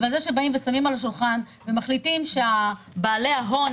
אבל זה ששמים על השולחן ומחליטים שבעלי ההון